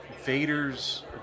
Vader's